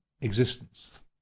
existence